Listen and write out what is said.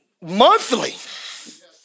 monthly